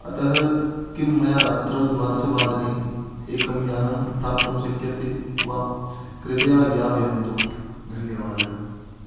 अतः किं मया रात्रौ द्वादशवादने एकं यानं प्राप्तुं शक्यते वा कृपया ज्ञापयन्तु धन्यवादः